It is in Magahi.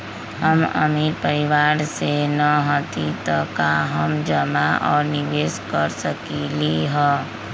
हम अमीर परिवार से न हती त का हम जमा और निवेस कर सकली ह?